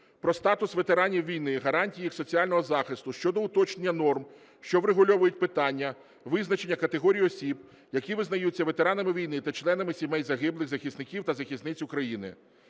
“Про статус ветеранів війни, гарантії їх соціального захисту” щодо уточнення норм, що врегульовують питання визначення категорій осіб, які визнаються ветеранами війни та членами сімей загиблих Захисників та Захисниць України.